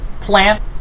plant